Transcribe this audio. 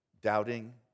Doubting